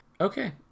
Okay